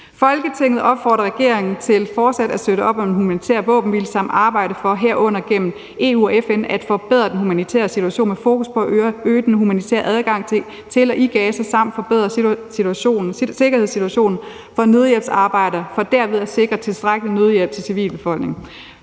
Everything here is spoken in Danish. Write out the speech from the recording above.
Folketinget opfordrer regeringen til fortsat at støtte op om en humanitær våbenhvile samt arbejde for, herunder gennem EU og i FN, at forbedre den humanitære situation med fokus på at øge den humanitære adgang til og i Gaza samt forbedre sikkerhedssituationen for nødhjælpsarbejdere for derved at sikre tilstrækkelig nødhjælp til civilbefolkningen.